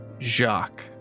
Jacques